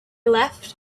left